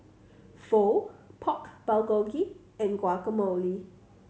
Pho Pork Bulgogi and Guacamole